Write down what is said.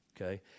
okay